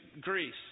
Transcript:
Greece